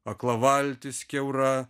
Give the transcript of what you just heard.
akla valtis kiaura